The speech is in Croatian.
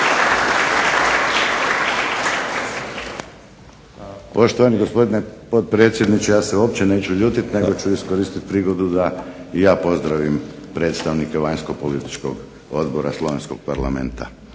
Poštovani gospodine potpredsjedniče ja se uopće neću ljutiti. Ja ću iskoristiti prigodu da i ja pozdravim predstavnike Vanjskopolitičkog odbora Slovenskog parlamenta.